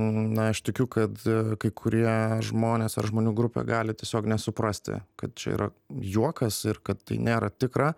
na aš tikiu kad e kai kurie žmonės ar žmonių grupė gali tiesiog nesuprasti kad čia yra juokas ir kad tai nėra tikra